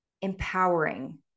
empowering